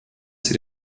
sie